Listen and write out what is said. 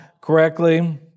correctly